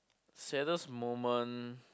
saddest moment